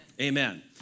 Amen